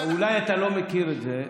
אולי אתה לא מכיר את זה,